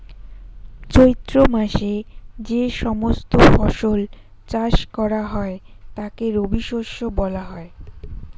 চৈত্র মাসে যে সমস্ত ফসল চাষ করা হয় তাকে রবিশস্য বলা হয়